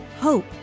hope